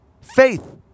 Faith